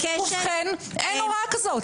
ובכן, אין הוראה כזאת.